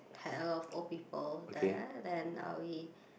had a lot of old people there then uh we